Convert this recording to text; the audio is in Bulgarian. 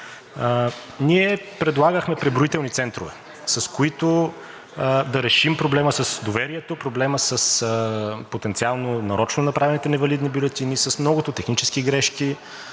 Ние предлагахме преброителни центрове, с които да решим проблема с доверието, проблема с потенциално нарочно направените невалидни бюлетини, с многото технически грешки.